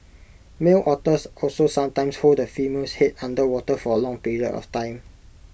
male otters also sometimes hold the female's Head under water for A long period of time